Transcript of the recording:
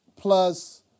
plus